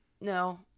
No